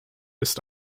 ist